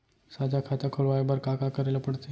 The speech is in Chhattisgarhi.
साझा खाता खोलवाये बर का का करे ल पढ़थे?